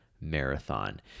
marathon